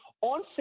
on